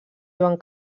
joan